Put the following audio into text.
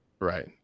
right